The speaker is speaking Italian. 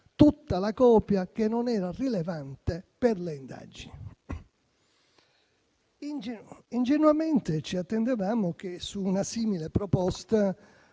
della copia che non era rilevante per le indagini. Ingenuamente, ci attendevamo che su una simile proposta